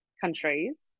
countries